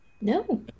No